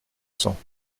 cents